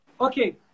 Okay